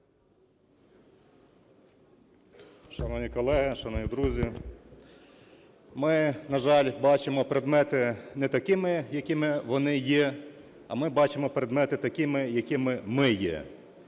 Шановні колеги, шановні друзі. Ми, на жаль, бачимо предмети не такими, якими вони є, а ми бачимо предмети такими, якими ми є.